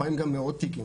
לפעמים גם מאות תיקים.